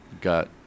got